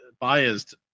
biased